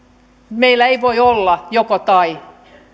meillä ei voi olla joko tai